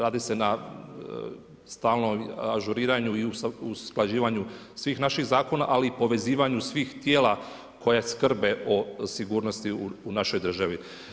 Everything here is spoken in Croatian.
Radi se na stalnom ažuriranju i usklađivanju svih naših zakona, ali i povezivanju svih tijela koja skrbe o sigurnosti u našoj državi.